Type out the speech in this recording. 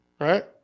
right